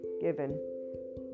given